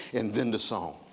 and then the song.